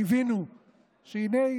קיווינו שהינה,